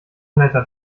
netter